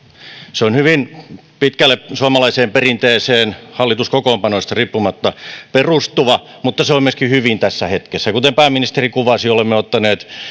se on hyvin pitkälle suomalaiseen perinteeseen perustuva hallituskokoonpanoista riippumatta mutta se on myöskin hyvin tässä hetkessä kuten pääministeri kuvasi olemme ottaneet jo